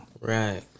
Right